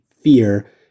fear